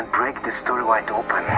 crack the story wide open.